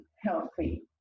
healthy